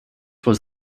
was